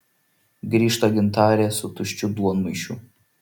grįžta gintarė su tuščiu duonmaišiu